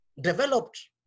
developed